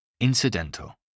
Incidental